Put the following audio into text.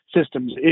systems